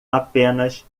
apenas